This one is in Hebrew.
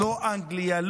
לא אנגליה,